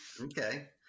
Okay